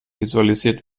visualisiert